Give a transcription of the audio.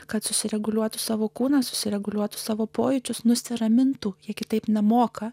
kad susireguliuotų savo kūną susireguliuotų savo pojūčius nusiramintų kiek kitaip nemoka